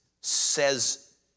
says